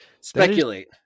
speculate